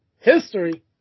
history